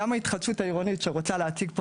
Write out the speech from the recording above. גם ההתחדשות העירונית שרוצה להציג פה